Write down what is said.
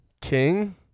king